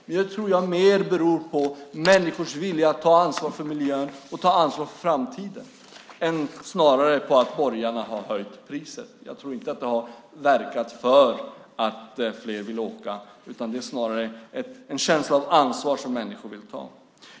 Men det tror jag snarare beror på människors vilja att ta ansvar för miljön och för framtiden än att borgarna har höjt priset. Det tror jag inte har verkat för att fler vill åka kollektivt, utan det är snarare ett ansvar som människor känner att de vill ta.